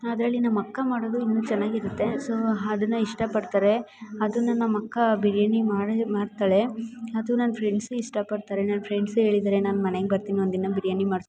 ಅದರಲ್ಲಿ ನಮ್ಮಕ್ಕ ಮಾಡೋದು ಇನ್ನು ಚೆನ್ನಾಗಿರುತ್ತೆ ಸೊ ಅದನ್ನ ಇಷ್ಟಪಡ್ತಾರೆ ಅದನ್ನು ನಮ್ಮಕ್ಕ ಬಿರಿಯಾನಿ ಮಾಡೇ ಮಾಡ್ತಾಳೆ ಅದು ನನ್ನ ಫ್ರೆಂಡ್ಸು ಇಷ್ಟಪಡ್ತಾರೆ ನನ್ನ ಫ್ರೆಂಡ್ಸು ಹೇಳಿದಾರೆ ನಾನು ಮನೆಗೆ ಬರ್ತೀನಿ ಒಂದು ದಿನ ಬಿರಿಯಾನಿ ಮಾಡಿಸ್ಕೊಡ್ತೀಯಾ ನನಗೆ